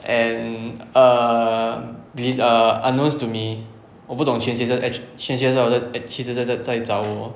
and err b~ err unknowns to me 我不懂全学校 eh 全学校的人 eh 其实在在找我